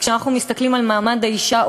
וכשאנחנו מסתכלים על מעמד האישה,